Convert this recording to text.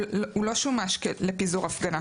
הוא לא שומש לפיזור הפגנה.